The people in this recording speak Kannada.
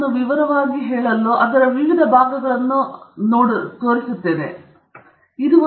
ನಾನು ಅದನ್ನು ನಿಮಗೆ ಮತ್ತೆ ವಿವರವಾಗಿ ತೋರಿಸಲು ಮತ್ತು ಅದರ ವಿವಿಧ ಭಾಗಗಳನ್ನು ವಿವರಿಸುತ್ತೇನೆ ಮತ್ತು ಅದು ಒಂದು ಜರ್ನಲ್ ಲೇಖನವಾಗಿದೆ